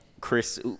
Chris